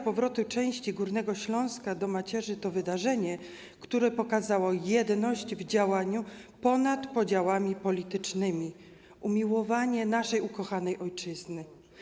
Powrót części Górnego Śląska do macierzy to wydarzenie, które pokazało jedność w działaniu ponad podziałami politycznymi - umiłowanie naszej ukochanej ojczyzny.